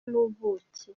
n’ubuki